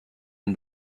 and